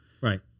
right